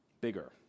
bigger